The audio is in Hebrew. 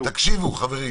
אני